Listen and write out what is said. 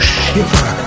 shiver